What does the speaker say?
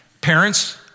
Parents